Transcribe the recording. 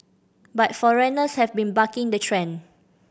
but foreigners have been bucking the trend